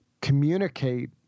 communicate